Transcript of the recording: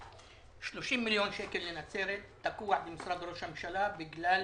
30 מיליון שקל לנצרת תקועים במשרד ראש הממשלה בגלל